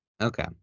okay